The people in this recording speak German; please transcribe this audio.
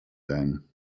denn